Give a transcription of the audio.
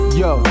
yo